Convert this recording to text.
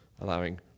allowing